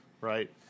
right